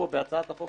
בהצעת החוק